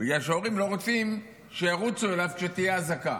------- בגלל שההורים לא רוצים שירוצו אליו כשתהיה אזעקה,